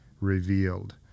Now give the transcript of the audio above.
revealed